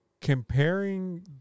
comparing